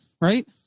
right